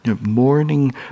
morning